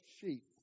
sheep